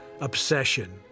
obsession